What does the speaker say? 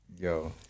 yo